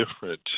different